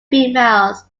females